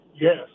yes